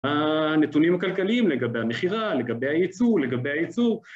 הנתונים הכלכליים לגבי המכירה, לגבי הייצוא, לגבי הייצור